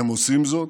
הם עושים זאת,